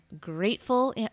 grateful